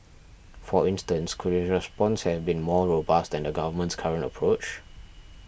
for instance could his response have been more robust than the government's current approach